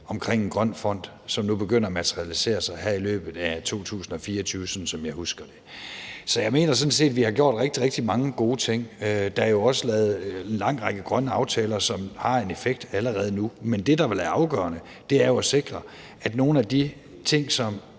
om en grøn fond, som nu begynder at materialisere sig her i løbet af 2024, sådan som jeg husker det. Så jeg mener sådan set, vi har gjort rigtig, rigtig mange gode ting. Der er jo også lavet en lang række grønne aftaler, som har en effekt allerede nu. Men det, der vel er afgørende, er jo at sikre, at nogle af de ting,